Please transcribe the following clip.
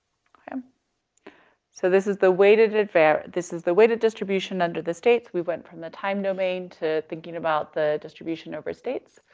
um so this is the weighted affair, this is the weighted distribution under the states. we went from the time domain to thinking about the distribution over states